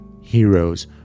heroes